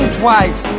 twice